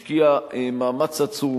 השקיע מאמץ עצום,